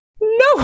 no